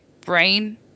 brain